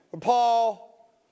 Paul